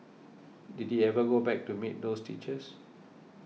did he ever go back to meet those teachers